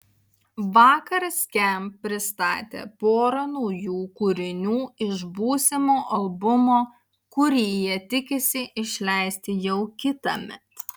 vakar skamp pristatė porą naujų kūrinių iš būsimo albumo kurį jie tikisi išleisti jau kitąmet